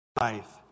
life